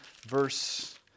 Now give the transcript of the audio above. verse